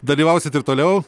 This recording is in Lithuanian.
dalyvausit ir toliau